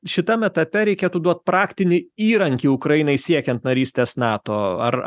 šitam etape reikėtų duot praktinį įrankį ukrainai siekiant narystės nato ar